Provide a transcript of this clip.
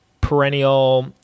perennial